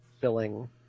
filling